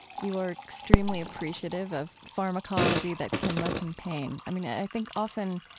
you are extremely appreciative of pharmacology that can lessen pain. i mean, i think often